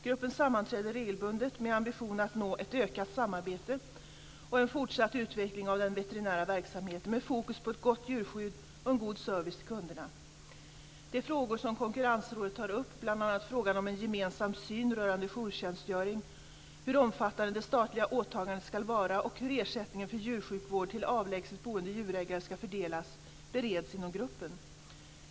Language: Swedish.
Gruppen sammanträder regelbundet med ambitionen att nå ett ökat samarbete och en fortsatt utveckling av den veterinära verksamheten med fokus på ett gott djurskydd och en god service till kunderna. De frågor som Konkurrensrådet tar upp, bl.a. frågan om en gemensam syn rörande jourtjänstgöring, hur omfattande det statliga åtagandet ska vara och hur ersättningen för djursjukvård till avlägset boende djurägare ska fördelas, bereds inom gruppen.